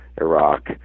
Iraq